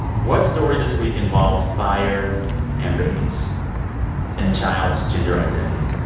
what story this week involved fire and babies and child's gender identity?